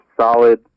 solid